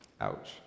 Ouch